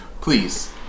Please